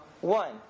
one